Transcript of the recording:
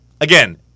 Again